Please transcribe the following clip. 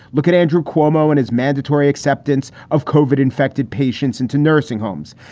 look at andrew cuomo and his mandatory acceptance of covered infected patients into nursing homes.